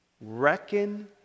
reckon